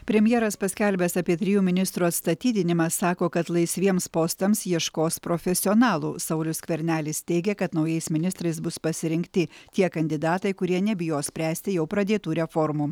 premjeras paskelbęs apie trijų ministrų atstatydinimą sako kad laisviems postams ieškos profesionalų saulius skvernelis teigia kad naujais ministrais bus pasirinkti tie kandidatai kurie nebijo spręsti jau pradėtų reformų